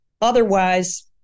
otherwise